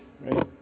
right